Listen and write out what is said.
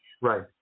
Right